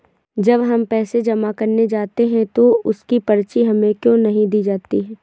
जब हम पैसे जमा करने जाते हैं तो उसकी पर्ची हमें क्यो नहीं दी जाती है?